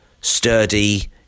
sturdy